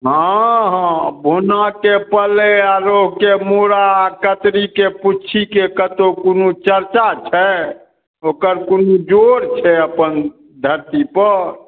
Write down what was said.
हँ हॅं भुनाके पले आ रोहुके मुड़ा कतलीके पुछीके कतहुँ कोनो चर्चा छै ओकर कोनो जोर छै अपन धरती पर